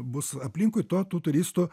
bus aplinkui tuo tų turistų